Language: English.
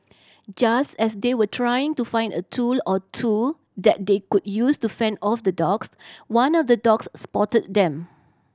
just as they were trying to find a tool or two that they could use to fend off the dogs one of the dogs spotted them